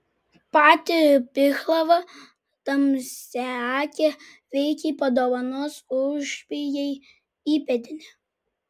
pati pihlava tamsiaakė veikiai padovanos uošvijai įpėdinį